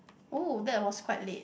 oh that was quite late